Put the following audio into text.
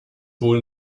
wohl